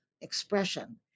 expression